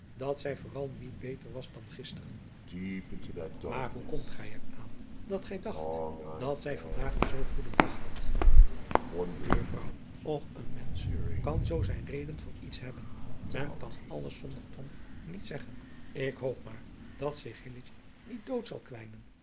dat zij vooral niet beter was dan gisteren maar hoe komt gij er aan dat gij dacht dat zij van daag een zoo goeden dag had buurvrouw och een mensch kan zoo zijn reden voor iets hebben men kan alles zonder tong niet zeggen ik hoop maar dat zich hilletje niet dood zal